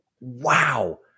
Wow